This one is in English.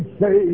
say